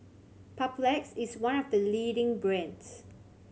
papulex is one of the leading brands